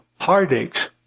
heartaches